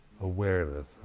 awareness